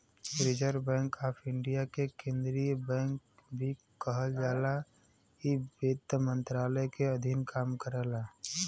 reserve Bank of India के केंद्रीय bank भी कहल जाला इ वित्त मंत्रालय के अधीन काम करला